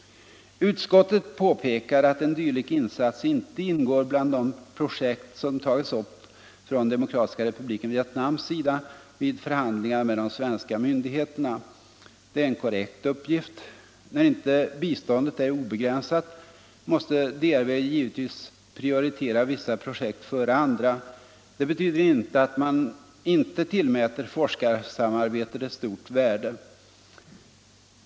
Utskottet påpekar att ”en dylik insats inte ingår bland de projekt som tagits upp från Demokratiska republiken Vietnams sida vid förhandlingarna med de svenska myndigheterna”. Det är en korrekt uppgift. När inte biståndet är obegränsat måste DRV givetvis prioritera vissa projekt före andra. Det betyder inte att man inte tillmäter forskarsamarbetet ett stort värde.